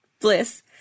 bliss